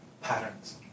patterns